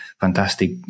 fantastic